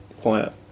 quiet